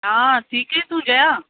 हा ठीकु आहीं तूं जया